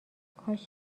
کاش